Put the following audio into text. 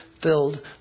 filled